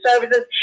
Services